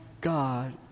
God